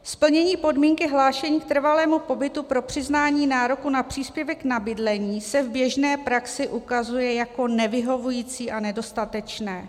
Splnění podmínky hlášení k trvalému pobytu pro přiznání nároku na příspěvek na bydlení se v běžné praxi ukazuje jako nevyhovující a nedostatečné.